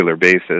basis